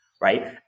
right